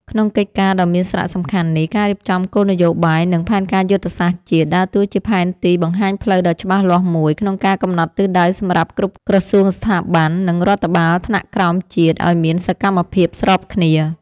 ក្នុងកិច្ចការដ៏មានសារៈសំខាន់នេះ ការរៀបចំគោលនយោបាយ និងផែនការយុទ្ធសាស្ត្រជាតិ ដើរតួជាផែនទីបង្ហាញផ្លូវដ៏ច្បាស់លាស់មួយ ក្នុងការកំណត់ទិសដៅសម្រាប់គ្រប់ក្រសួងស្ថាប័ន និងរដ្ឋបាលថ្នាក់ក្រោមជាតិឱ្យមានសកម្មភាពស្របគ្នា។